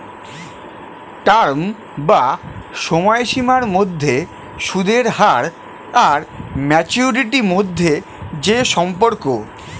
term বা সময়সীমার মধ্যে সুদের হার আর ম্যাচুরিটি মধ্যে যে সম্পর্ক